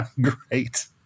Great